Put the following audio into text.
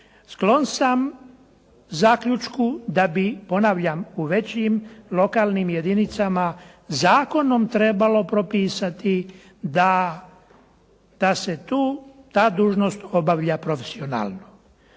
Sklon sam zaključku da bi, ponavljam, u većim lokalnim jedinicama zakonom trebalo propisati da se ta dužnost obavlja profesionalno.